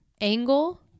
Angle